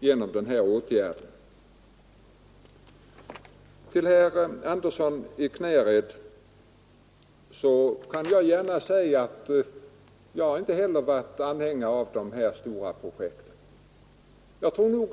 genom den här åtgärden till hälften. Till herr Andersson i Knäred vill jag gärna säga att inte heller jag har varit anhängare av dessa stora projekt som han nämnde.